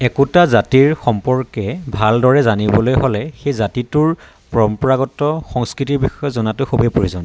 একোটা জাতিৰ সম্পৰ্কে ভালদৰে জানিবলৈ হ'লে সেই জাতিটোৰ পৰম্পৰাগত সংস্কৃতিৰ বিষয়ে জনাটো খুবেই প্ৰয়োজন